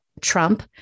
Trump